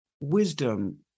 wisdom